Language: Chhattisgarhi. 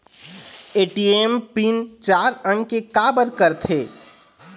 ए.टी.एम पिन चार अंक के का बर करथे?